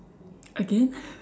again